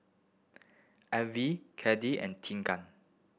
Ervin Cade and Tegan